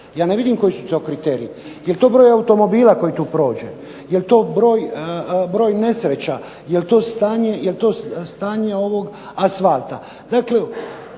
Ja ne vidim koji su to kriteriji. Jel' to broj automobila koji tu prođe? Jel' to broj nesreća? Jel' to stanje ovog asfalta.